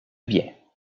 bien